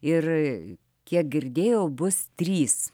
ir kiek girdėjau bus trys